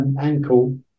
ankle